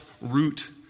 root